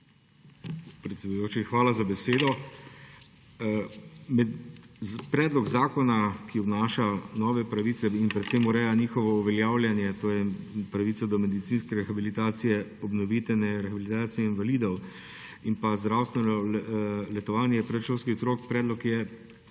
hvala za besedo. Predlog zakona, ki vnaša nove pravice in predvsem ureja njihovo uveljavljanje, to je pravice do medicinske rehabilitacije, obnovitvene rehabilitacije invalidov in zdravstvenega letovanja predšolskih otrok, je